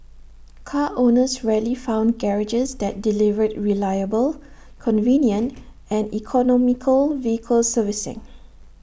car owners rarely found garages that delivered reliable convenient and economical vehicle servicing